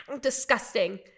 Disgusting